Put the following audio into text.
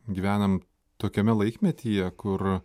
gyvenam tokiame laikmetyje kur